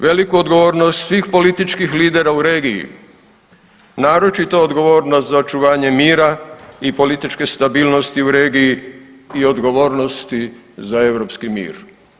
Veliku odgovornost svih političkih lidera u regiji, naročito odgovornost za očuvanje mira i političke stabilnosti u regiji i odgovornosti za europski mir.